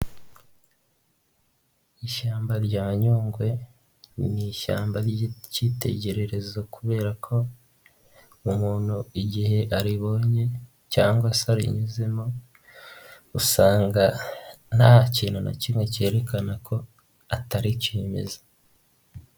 Ishyamba rya Nyungwe ni ishyamba ry'icyitegererezo kubera ko umuntu igihe aribonye cyangwa se arinyuzemo, usanga nta kintu na kimwe cyerekana ko atari kimeza.